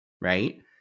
Right